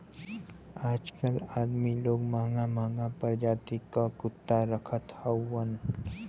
आजकल अदमी लोग महंगा महंगा परजाति क कुत्ता रखत हउवन